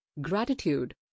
Gratitude